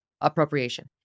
appropriation